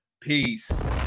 peace